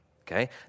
okay